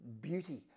beauty